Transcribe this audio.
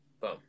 Boom